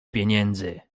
pieniędzy